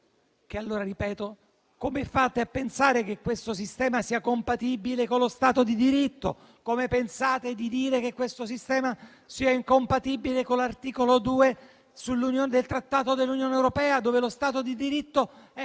che allora ripeto: come fate a pensare che questo sistema sia compatibile con lo Stato di diritto? Come fate a pensare che questo sistema sia compatibile con l'articolo 2 del Trattato dell'Unione europea, dove lo Stato di diritto è